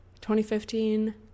2015